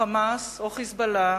"חמאס" או "חיזבאללה",